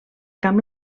camp